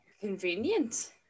Convenient